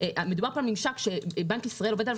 מדובר על ממשק שבנק ישראל עובד עליו